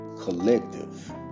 collective